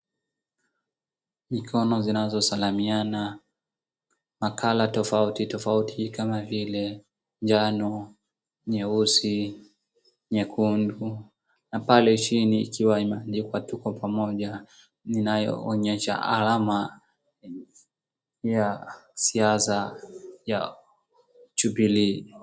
Mikono zinazosalimiana na colour tofauti tofauti kama vile jano, nyeusi, nyekundu na pale chini ikiwa imeandikwa tuko pamoja inayoonyesha alama ya siasa ya Jubilee.